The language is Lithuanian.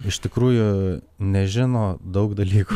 iš tikrųjų nežino daug dalykų